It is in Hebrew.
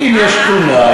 אם יש תלונה.